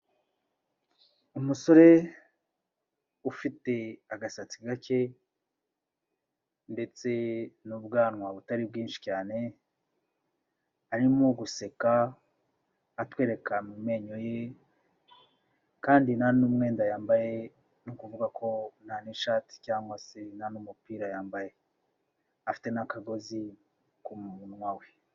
Umusore ufite agasatsi gake ndetse n'ubwanwa butari bwinshi cyane, arimo guseka atwereka mu menyo ye kandi nta n'umwenda yambaye, ni ukuvuga ko nta n'ishati cyangwa se nta n'umupira yambaye. Afite n'akagozi ku munwa we.